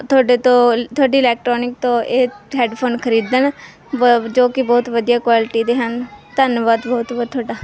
ਤੁਹਾਡੇ ਤੋਂ ਤੁਹਾਡੀ ਇਲੈਕਟਰੋਨਿਕ ਤੋਂ ਇਹ ਹੈੱਡਫੋਨ ਖਰੀਦਣ ਵ ਜੋ ਕਿ ਬਹੁਤ ਵਧੀਆ ਕੁਆਲਿਟੀ ਦੇ ਹਨ ਧੰਨਵਾਦ ਬਹੁਤ ਬਹੁਤ ਤੁਹਾਡਾ